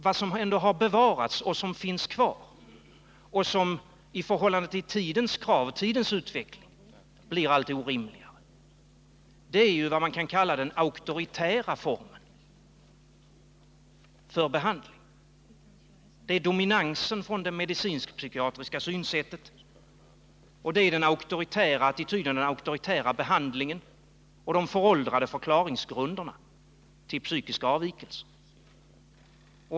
Vad som emellertid har bevarats och som i förhållande till utvecklingen med dess krav blir allt orimligare är vad man kan kalla den auktoritära formen för behandling. Det är dominansen från det medicinsk-psykiatriska synsättet, den auktoritära behandlingen och de föråldrade förklaringsgrunderna till psykisk avvikelse.